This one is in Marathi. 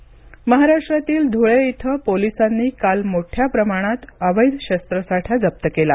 शस्त्रसाठा महाराष्ट्रातील धुळे इथं पोलिसांनी काल मोठ्या प्रमाणात अवैध शस्त्रसाठा जप्त केला